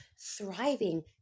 thriving